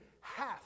half